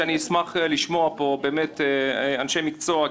שאני אשמח לשמוע פה באמת אנשי מקצוע,